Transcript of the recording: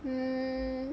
hmm